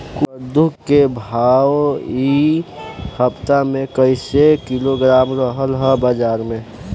कद्दू के भाव इ हफ्ता मे कइसे किलोग्राम रहल ह बाज़ार मे?